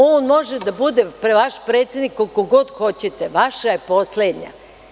On može da bude vaš predsednik koliko god hoćete, vaša je poslednja.